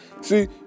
See